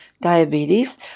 diabetes